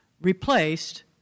replaced